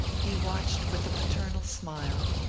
he watched with a paternal smile,